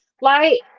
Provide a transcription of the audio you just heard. light